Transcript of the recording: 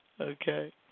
Okay